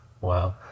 Wow